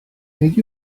nid